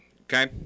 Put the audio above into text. Okay